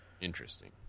Interesting